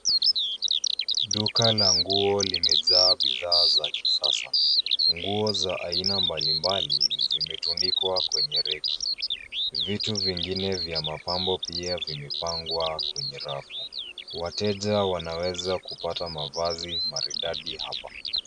Duka la nguo limejaa bidhaa za kisasa .Nguo za aina mbali mbali zimetunikwa kwenye reki vitu vingine vya mapambo vimepangwa kwa rafu .Wateja wanaweza kupata mavazi maridadi hapa.